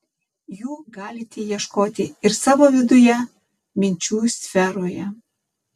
jų galite ieškoti ir savo viduje minčių sferoje